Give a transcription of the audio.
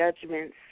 judgments